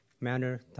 Manner